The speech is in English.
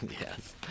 yes